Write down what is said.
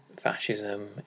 fascism